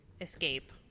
escape